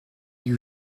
you